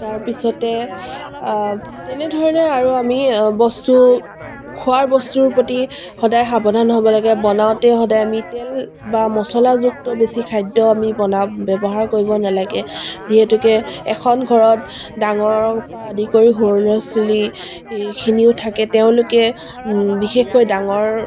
তাৰপিছতে তেনেধৰণে আৰু আমি বস্তু খোৱাৰ বস্তুৰ প্ৰতি সদায় সাৱধান হ'ব লাগে বনাওঁতে সদায় আমি তেল বা মছলাযুক্ত বেছি খাদ্য় আমি বনা ব্যৱহাৰ কৰিব নালাগে যিহেতুকে এখন ঘৰত ডাঙৰৰ পৰা আদি কৰি সৰু ল'ৰা ছোৱালীখিনিও থাকে তেওঁলোকে বিশেষকৈ ডাঙৰৰ